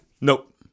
nope